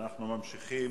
אנחנו ממשיכים.